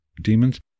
demons